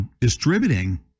distributing